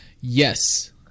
Yes